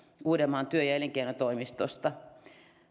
uudenmaan työ ja elinkeinotoimistosta